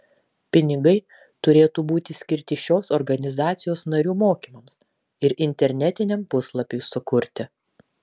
pinigai turėtų būti skirti šios organizacijos narių mokymams ir internetiniam puslapiui sukurti